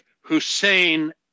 Hussein